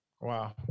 Wow